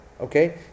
Okay